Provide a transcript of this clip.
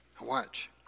Watch